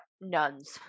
nuns